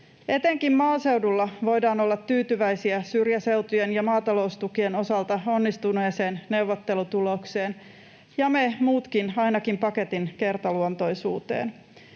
Etenkin maaseudulla voidaan olla tyytyväisiä syrjäseutujen ja maataloustukien osalta onnistuneeseen neuvottelutulokseen ja me muutkin ainakin paketin kertaluontoisuuteen.